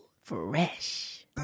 Fresh